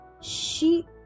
She